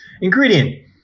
Ingredient